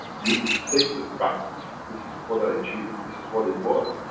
you state the facts, this is what what i achieved, this is what it was,